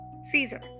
caesar